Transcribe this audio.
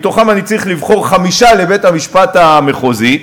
מתוכם אני צריך לבחור חמישה לבית-המשפט המחוזי,